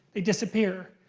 they disappear.